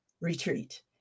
retreat